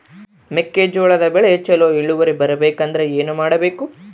ಮೆಕ್ಕೆಜೋಳದ ಬೆಳೆ ಚೊಲೊ ಇಳುವರಿ ಬರಬೇಕಂದ್ರೆ ಏನು ಮಾಡಬೇಕು?